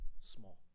small